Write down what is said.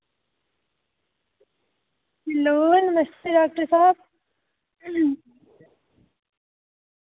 hello नमस्ते doctor साह्ब